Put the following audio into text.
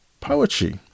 poetry